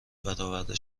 برآورده